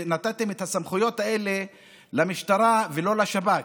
ונתתם את הסמכויות האלה למשטרה ולא לשב"כ.